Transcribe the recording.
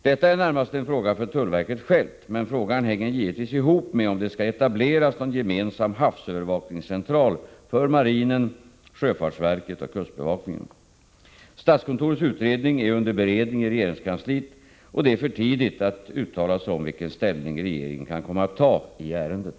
Detta är närmast en fråga för tullverket självt, men frågan hänger givetvis ihop med om det skall etableras någon gemensam havsövervakningscentral för marinen, sjöfartsverket och kustbevakningen. Statskontorets utredning är under beredning i regeringskansliet, och det är för tidigt att göra något uttalande om vilken ställning regeringen kan komma att ta i ärendet.